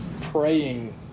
praying